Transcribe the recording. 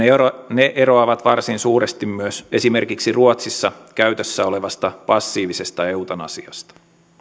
ne eroavat varsin suuresti myös esimerkiksi ruotsissa käytössä olevasta passiivisesta eutanasiasta